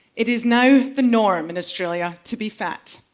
it is now the norm in australia to be fat.